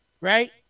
right